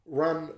run